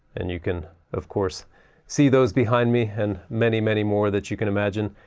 and you can of course see those behind me, and many many more that you can imagine.